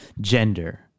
gender